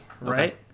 Right